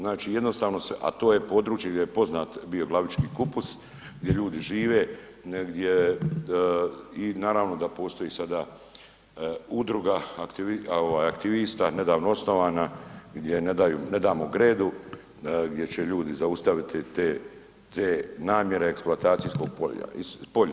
Znači jednostavno se, a to je područje gdje je poznat bio glavički kupus, gdje ljudi žive, gdje i naravno da postoji i sada udruga aktivista nedavno osnovana gdje ne daju, ne damo gredu gdje će ljudi zaustaviti te namjere eksploatacijskog polja.